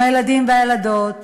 עם הילדים והילדות.